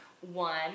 one